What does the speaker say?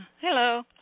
Hello